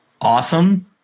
awesome